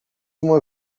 uma